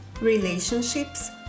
relationships